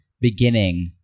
beginning